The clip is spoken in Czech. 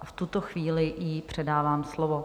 V tuto chvíli jí předávám slovo.